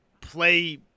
play